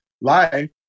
life